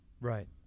Right